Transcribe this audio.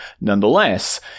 Nonetheless